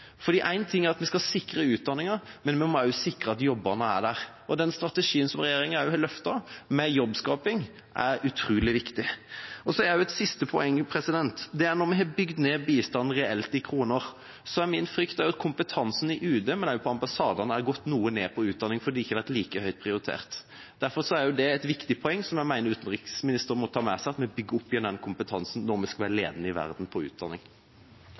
ting er at vi skal sikre utdanninga, men vi må også sikre at jobbene er der. Og den strategien som regjeringa har løftet, med jobbskaping, er utrolig viktig. Et siste poeng er at når vi har bygd ned bistanden reelt i kroner, er min frykt også at kompetansen i UD, men også i ambassadene, er gått noe ned når det gjelder utdanning, fordi det ikke har vært like høyt prioritert. Derfor er det et viktig poeng som jeg mener utenriksministeren må ta med seg, at vi bygger opp igjen den kompetansen når vi skal være ledende i verden på utdanning.